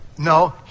No